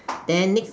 then next